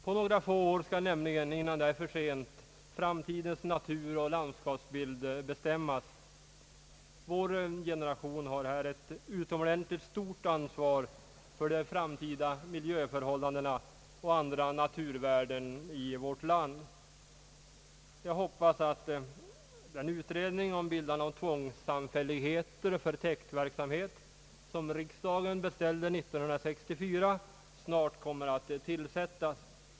På några få år skall nämligen, innan det är för sent, framtidens natur och landskapsbild bestämmas. Vår generation har här ett utomordentligt stort ansvar för de framtida miljöförhållandena och andra naturvärden i vårt land. Jag hoppas att den utredning om bildandet av tvångssamfälligheter för täktverksamhet som riksdagen beställde 1964 snart kommer att tillsättas.